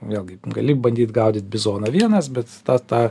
vėlgi gali bandyt gaudyti bizoną vienas bet tą tą